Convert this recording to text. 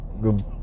good